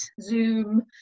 Zoom